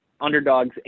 underdogs